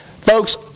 Folks